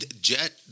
Jet